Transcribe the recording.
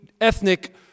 ethnic